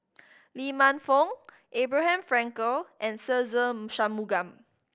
Lee Man Fong Abraham Frankel and Se Ze Shanmugam